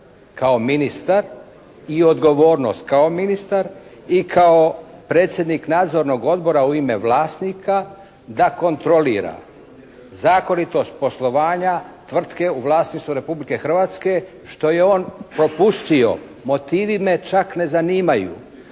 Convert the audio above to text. kao ministar i odgovornost kao ministar i kao predsjednik Nadzornog odbora u ime vlasnika da kontrolira zakonitost poslovanja tvrtke u vlasništvu Republike Hrvatske što je on propustio. Motivi me čak ne zanimaju,